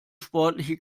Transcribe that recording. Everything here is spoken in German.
sportliche